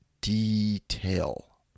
detail